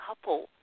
couple